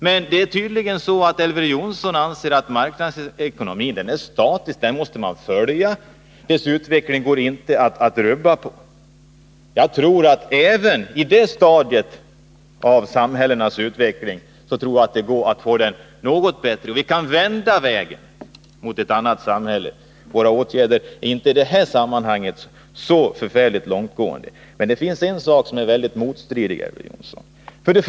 Men Elver Jonsson anser tydligen att marknadsekonomin är statisk, att man måste följa den och att det inte går att rubba på dess utveckling. Jag tror att det går att få den något bättre även i det här stadiet av samhällsutvecklingen. Vi kan vända utvecklingen mot ett annat samhälle. Våra åtgärder är i det här hänseendet inte så förfärligt långtgående. Det finns emellertid en fråga som är väldigt motstridig, Elver Jonsson.